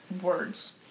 words